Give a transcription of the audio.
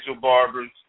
barbers